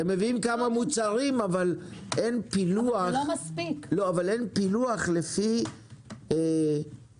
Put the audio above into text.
הם מביאים כמה מוצרים אבל אין פילוח לפי הזכאויות